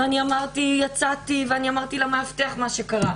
יצאתי ואמרתי למאבטח מה שקרה.